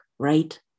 right